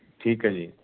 ਠੀਕ ਹੈ ਜੀ